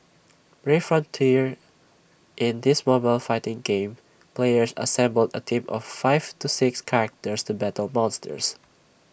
brave frontier in this mobile fighting game players assemble A team of five to six characters to battle monsters